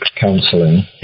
counselling